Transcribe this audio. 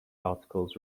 articles